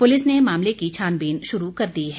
police ने मामले की छानबीन शुरू कर दी है